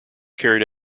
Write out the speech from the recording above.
carried